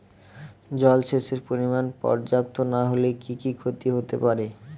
জলসেচের পরিমাণ পর্যাপ্ত না হলে কি কি ক্ষতি হতে পারে?